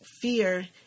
fear